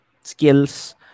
Skills